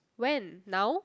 when now